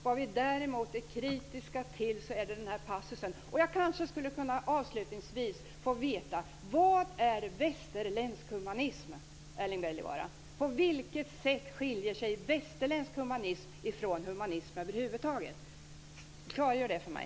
Vad vi däremot är kritiska mot är denna passus. Avslutningsvis skulle jag vilja veta vad som är västerländsk humanism, Erling Wälivaara. På vilket sätt skiljer sig västerländsk humanism från humanism över huvud taget? Klargör det för mig.